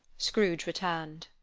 scrooge returned.